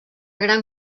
gran